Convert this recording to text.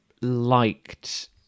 liked